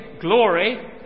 glory